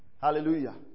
Hallelujah